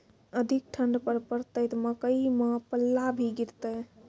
अधिक ठंड पर पड़तैत मकई मां पल्ला भी गिरते?